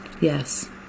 Yes